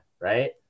right